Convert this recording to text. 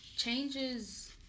Changes